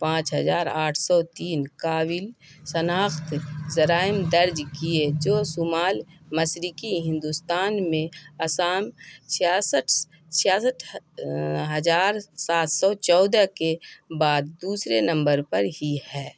پانچ ہجار آٹھ سو تین قابل شناخت جرائم درج کیے جو شمال مشرقی ہندوستان میں آسام چھیاسٹس چھیاسٹھ ہزار سات سو چودہ کے بعد دوسرے نمبر پر ہی ہے